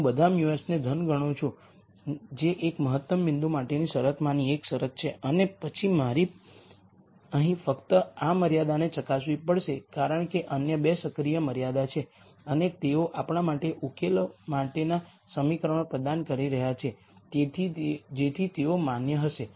હું બધા μ s ને ધન ગણું છું જે એક મહત્તમ બિંદુ માટેની શરતોમાંની એક છે અને પછી મારે અહીં ફક્ત આ મર્યાદાને ચકાસવી પડશે કારણ કે અન્ય 2 સક્રિય મર્યાદા છે અને તેઓ આપણા માટે ઉકેલો માટેના સમીકરણો પ્રદાન કરી રહ્યાં છે જેથી તેઓ માન્ય હશે